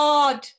God